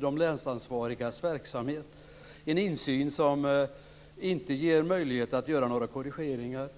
de länsansvarigas verksamhet. Det blir en insyn som inte ger möjlighet att göra några korrigeringar.